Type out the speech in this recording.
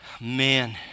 Man